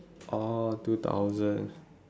oh two thousand